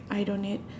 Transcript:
eyed on it